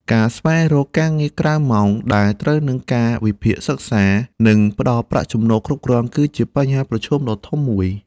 ការស្វែងរកការងារក្រៅម៉ោងដែលត្រូវនឹងកាលវិភាគសិក្សា និងផ្តល់ប្រាក់ចំណូលគ្រប់គ្រាន់ គឺជាបញ្ហាប្រឈមដ៏ធំមួយ។